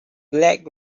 black